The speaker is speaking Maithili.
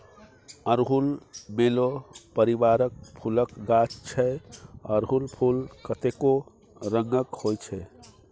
अड़हुल मेलो परिबारक फुलक गाछ छै अरहुल फुल कतेको रंगक होइ छै